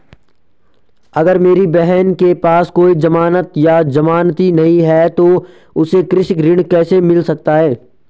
अगर मेरी बहन के पास कोई जमानत या जमानती नहीं है तो उसे कृषि ऋण कैसे मिल सकता है?